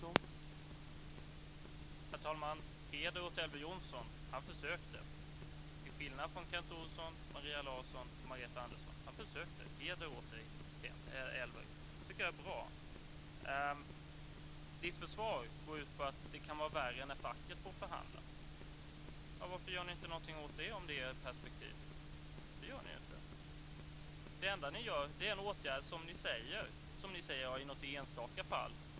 Herr talman! Heder åt Elver Jonsson. Han försökte, till skillnad från Kent Olsson, Maria Larsson och Margareta Andersson. Det tycker jag är bra. Hans försvar går ut på att det kan vara värre när facket får förhandla. Varför gör ni ingenting åt det, om det är ert perspektiv? Ni gör ingenting. Ni säger att reglerna kan leda till diskriminering i något enstaka fall.